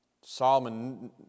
Solomon